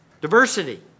Diversity